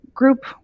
group